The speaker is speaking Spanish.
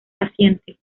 paciente